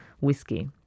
whiskey